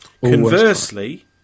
Conversely